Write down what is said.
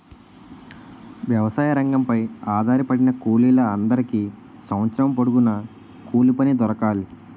వ్యవసాయ రంగంపై ఆధారపడిన కూలీల అందరికీ సంవత్సరం పొడుగున కూలిపని దొరకాలి